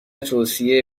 توصیه